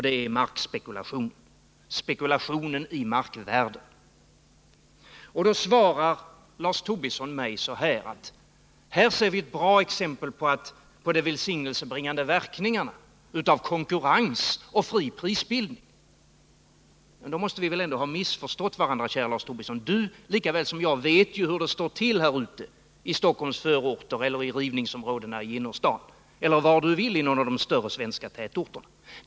Det är markspekulationen, spekulationen i markvärden. Lars Tobisson svarar då att det är ett bra exempel på de välsignelsebringande verkningarna av konkurrens och fri prisbildning. Men då måste vi väl ändå ha missförstått varandra, käre Lars Tobisson! Du vet lika väl som jag hur det går till ute i Stockholms förorter eller i rivningsområdena i innerstan eller var du vill inom de svenska tätorterna.